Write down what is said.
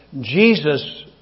Jesus